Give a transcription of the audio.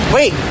Wait